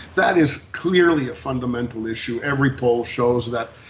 that is clearly a fundamental issue. every poll shows that,